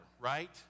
right